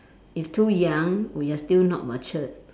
if too young when we are still not mature